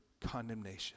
condemnation